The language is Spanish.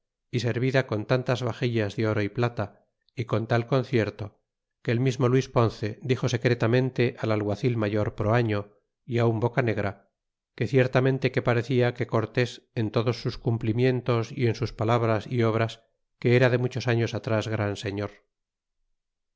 y servida con tantas vaxillas de oro y plata y con tal concierto que el mismo luis ponce dixo secretamente al alguacil mayor proaño y un bocanegra que ciertamente que parecia que cortés en todos los cumplimientos y en sus palabras y obras que era de muchos años atras gran señor